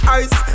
ice